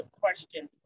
question